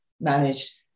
manage